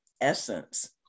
essence